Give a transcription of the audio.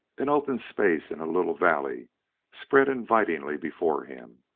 an open space in a little valley spread invitingly before him,